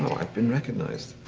i've been recognized.